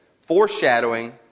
Foreshadowing